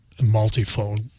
multifold